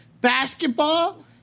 basketball